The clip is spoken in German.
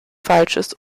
falsches